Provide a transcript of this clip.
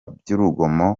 by’urugomo